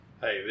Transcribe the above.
Hey